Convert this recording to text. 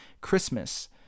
Christmas